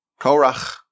Korach